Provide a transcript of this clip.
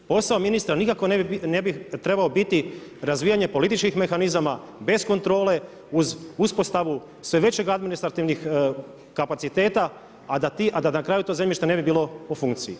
Posao ministra nikako ne bi trebao biti razvijanje političkih mehanizama, bez kontrole, uz uspostavu, sve većega administrativnih kapaciteta, a da na kraju to zemljište ne bi bilo po funkciji.